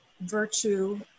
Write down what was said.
virtue